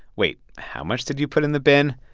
wait, how much did you put in the bin?